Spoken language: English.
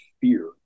Fear